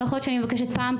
לא יכול להיות שאני מבקשת פעם,